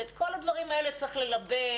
ואת כל הדברים האלה צריך ללבן.